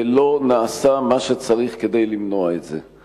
ולא נעשה מה שצריך כדי למנוע את זה.